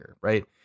Right